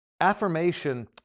affirmation